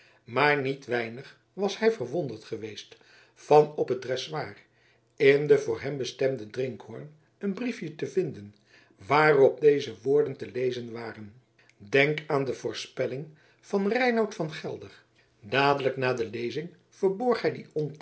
maar niet weinig was hij verwonderd geweest van op het dressoir in den voor hem bestemden drinkhoorn een briefje te vinden waarop deze woorden te lezen waren denk aan de voorspelling van reinout van gelder dadelijk na de lezing verborg hij die